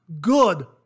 Good